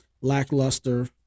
lackluster